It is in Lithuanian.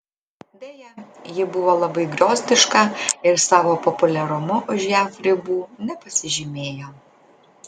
deja ji buvo labai griozdiška ir savo populiarumu už jav ribų nepasižymėjo